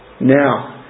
Now